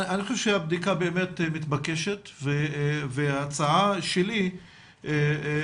אני חושב שהבדיקה באמת מתבקשת וההצעה שלי היא,